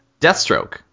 Deathstroke